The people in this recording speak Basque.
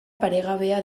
paregabea